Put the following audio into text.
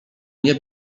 nie